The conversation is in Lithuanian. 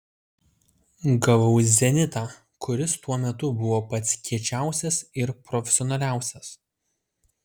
gavau zenitą kuris tuo metu buvo pats kiečiausias ir profesionaliausias